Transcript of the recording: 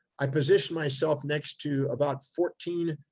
i positioned myself next to about fourteen,